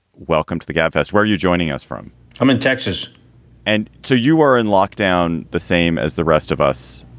welcome to the gabfests where you're joining us from i'm in texas and so you are in lockdown, the same as the rest of us.